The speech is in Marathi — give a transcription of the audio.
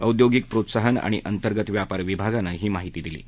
औद्योगिक प्रोत्साहन आणि अंतर्गत व्यापार विभागानं ही माहिती दिली आहे